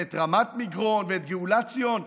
ואת רמת מגרון ואת גאולת ציון?